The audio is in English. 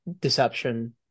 deception